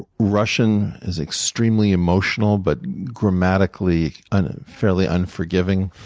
russian is extremely emotional, but grammatically and fairly unforgiving.